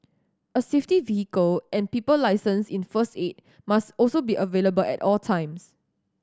a safety vehicle and people licensed in first aid must also be available at all times